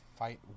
fight